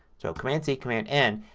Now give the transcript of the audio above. so command c, command n.